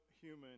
human